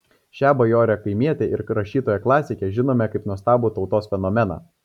šią bajorę kaimietę ir rašytoją klasikę žinome kaip nuostabų tautos fenomeną